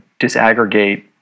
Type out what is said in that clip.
disaggregate